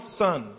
son